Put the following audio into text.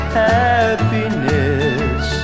happiness